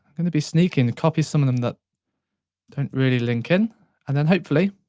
going to be sneaking to copy some of them, that don't really link in and then hopefully,